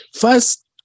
first